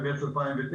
במרץ 2009,